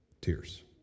Tears